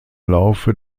laufe